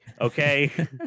okay